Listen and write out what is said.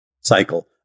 cycle